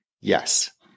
Yes